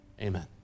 Amen